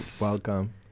welcome